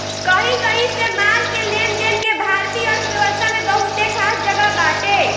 कही कही से माल के लेनदेन के भारतीय अर्थव्यवस्था में बहुते खास जगह बाटे